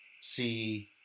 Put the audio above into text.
see